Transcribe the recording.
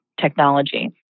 technology